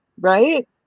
right